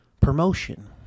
promotion